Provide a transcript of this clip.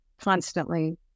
constantly